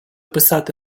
писати